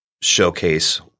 showcase